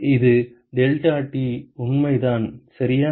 இது டெல்டாடி உண்மைதான் சரியா